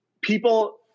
people